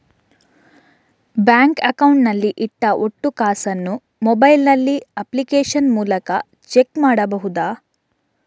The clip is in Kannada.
ಬ್ಯಾಂಕ್ ಅಕೌಂಟ್ ನಲ್ಲಿ ಇಟ್ಟ ಒಟ್ಟು ಕಾಸನ್ನು ಮೊಬೈಲ್ ನಲ್ಲಿ ಅಪ್ಲಿಕೇಶನ್ ಮೂಲಕ ಚೆಕ್ ಮಾಡಬಹುದಾ?